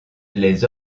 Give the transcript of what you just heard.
les